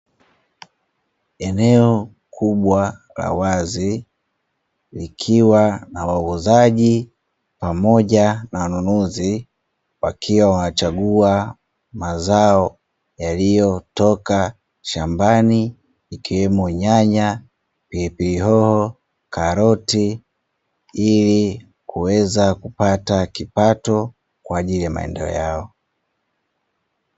Eneo kubwa la wazi likiwa na wauzaji pamoja na wanunuzi wakiwa wanachagua mazao yaliyotoka shambani, ikiwemo: nyanya, pilipili hoho, karoti; ili kuweza kupata kipato kwa ajili ya maendeleo yao.